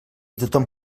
tothom